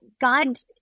God